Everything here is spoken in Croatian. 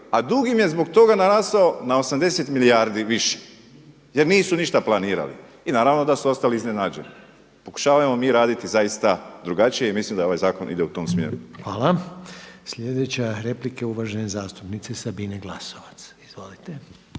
a dug im je zbog toga narasao na 80 milijardi više jer nisu ništa planirali. I naravno da su ostali iznenađeni. Pokušavajmo mi raditi zaista drugačije i mislim da ovaj zakon ide u tom smjeru. **Reiner, Željko (HDZ)** Hvala. Sljedeća replika je uvažene zastupnice Sabine Glasovac, izvolite.